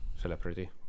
celebrity